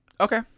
Okay